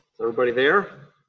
everybody there?